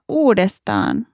uudestaan